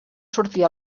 sortir